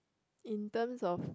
in terms of